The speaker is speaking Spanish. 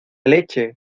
leche